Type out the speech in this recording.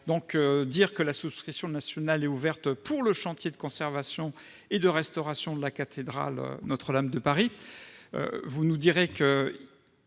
préciser que la souscription nationale est ouverte pour « le chantier » de conservation et de restauration de la cathédrale Notre-Dame de Paris. Vous nous direz,